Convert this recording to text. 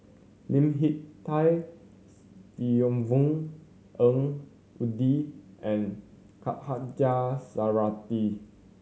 Lim Hak Tai Yvonne Ng Uhde and Khatijah Surattee